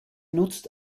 nutzt